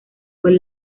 pues